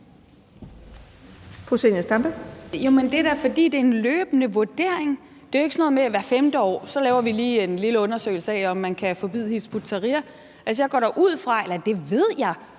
det er en løbende vurdering. Det er ikke sådan noget med, at hvert femte år laver vi en lille undersøgelse af, om man kan forbyde Hizb ut-Tahrir. Jeg går da også ud fra, eller det ved jeg,